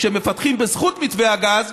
שמפתחים בזכות מתווה הגז,